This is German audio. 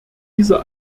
dieser